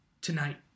tonight